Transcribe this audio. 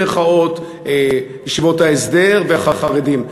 ישיבות ההסדר והחרדים.